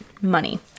money